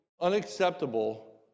unacceptable